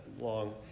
long